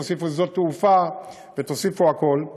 תוסיפו שדות תעופה ותוסיפו הכול.